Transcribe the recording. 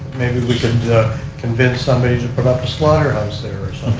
maybe we can convince somebody to put up a slaughter house there or